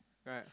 right